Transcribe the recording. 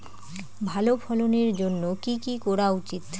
ভালো ফলনের জন্য কি কি করা উচিৎ?